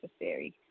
necessary